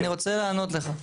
אני רוצה לענות לך.